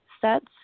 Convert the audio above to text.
sets